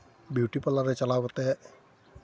beauty parlour ᱨᱮ ᱪᱟᱞᱟᱣ ᱠᱟᱛᱮᱫ